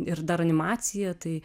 ir dar animacija tai